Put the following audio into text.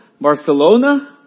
Barcelona